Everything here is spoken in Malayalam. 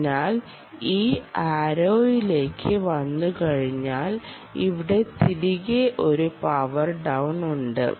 അതിനാൽ ഈ ആരോയിലേക്ക് വന്നുകഴിഞ്ഞാൽ ഇവിടെ തിരികെ ഒരു പവർ ഡൌൺ ഉണ്ട്